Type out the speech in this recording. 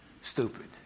Stupid